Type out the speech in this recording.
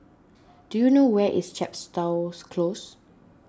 do you know where is Chepstows Close